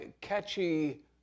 catchy